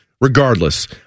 Regardless